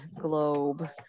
globe